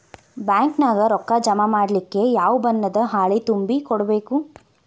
Bank ನ್ಯಾಗ ರೊಕ್ಕಾ ಜಮಾ ಮಾಡ್ಲಿಕ್ಕೆ ಯಾವ ಬಣ್ಣದ್ದ ಹಾಳಿ ತುಂಬಿ ಕೊಡ್ಬೇಕು?